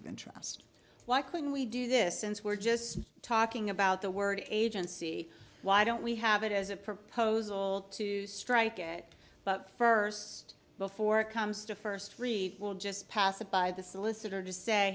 of interest why couldn't we do this since we're just talking about the word agency why don't we have it as a proposal to strike it but first before it comes to first read it will just pass it by the solicitor to say